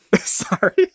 Sorry